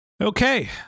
Okay